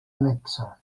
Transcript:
annexa